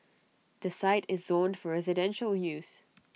the site is zoned for residential use